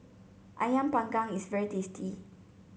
ayam Panggang is very tasty